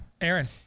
Aaron